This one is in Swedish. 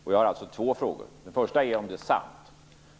Jag har två frågor. Den första är: Är detta sant?